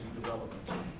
Development